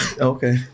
Okay